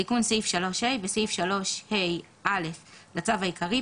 תיקון סעיף 3ה. בסעיף 3ה(א) לצו העיקרי,